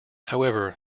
however